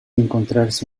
encontrarse